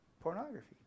pornography